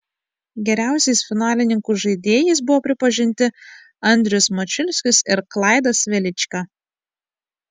geriausiais finalininkų žaidėjais buvo pripažinti andrius mačiulskis ir klaidas velička